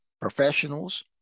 professionals